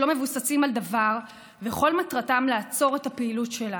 שלא מבוססים על דבר וכל מטרתם לעצור את הפעילות שלנו.